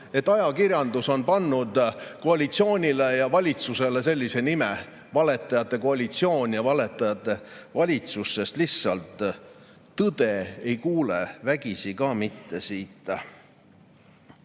et ajakirjandus on pannud koalitsioonile ja valitsusele sellise valetajate koalitsiooni ja valetajate valitsuse nimetuse, sest tõde ei kuule siit ka mitte vägisi.